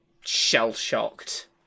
shell-shocked